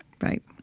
right.